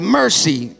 mercy